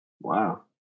Wow